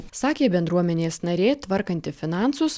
sakė bendruomenės narė tvarkanti finansus